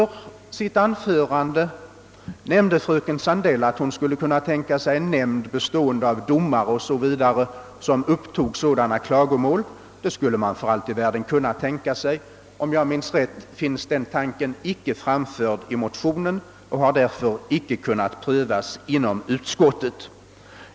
I sitt anförande nämnde fröken Sandell att hon skulle kunna tänka sig en nämnd bestående av domare m.fl. som tog upp sådana klagomål. Det skulle man för allt i världen kunna tänka sig. Om jag minns rätt finns den tanken icke framförd i motionen och har därför icke kunnat prövas inom utskottet.